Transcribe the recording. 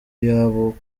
yabo